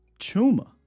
Chuma